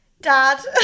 dad